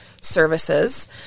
services